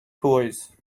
toys